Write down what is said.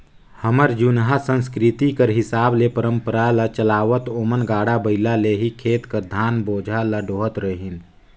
हमर जुनहा संसकिरती कर हिसाब ले परंपरा ल चलावत ओमन गाड़ा बइला ले ही खेत कर धान बोझा ल डोहत रहिन